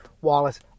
Wallace